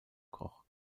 koch